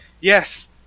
yes